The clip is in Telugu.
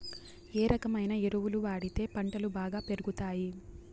ఏ రకమైన ఎరువులు వాడితే పంటలు బాగా పెరుగుతాయి?